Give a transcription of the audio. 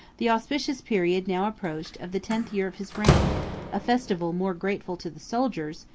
the auspicious period now approached of the tenth year of his reign a festival more grateful to the soldiers,